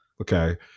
okay